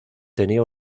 tenía